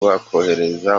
bakoherezwa